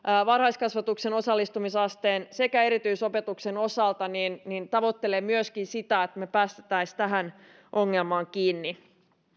varhaiskasvatuksen osallistumisasteen sekä erityisopetuksen osalta tavoittelevat myöskin sitä että me pääsisimme tähän ongelmaan kiinni